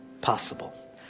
possible